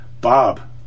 Bob